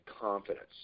confidence